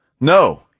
No